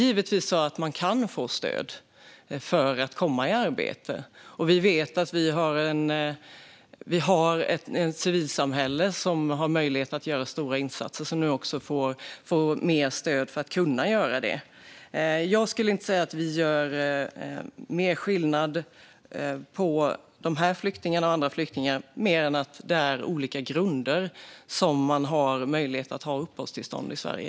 Givetvis kan man få stöd för att komma i arbete, och vi vet att det finns ett civilsamhälle som kan göra stora insatser, och det får mer stöd för att kunna göra det. Jag skulle inte säga att vi gör mer skillnad på dessa flyktingar och andra flyktingar, mer än att det är fråga om olika grunder för uppehållstillstånd i Sverige.